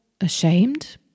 ashamed